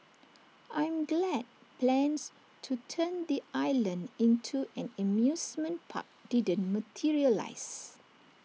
I'm glad plans to turn the island into an amusement park didn't materialise